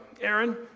Aaron